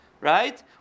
right